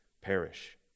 perish